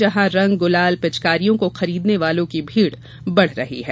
जहां रंग गुलाल पिचकारियों को खरीदने वालों की भीड़ बढ़ रही है